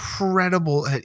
Incredible